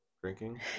drinking